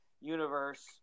universe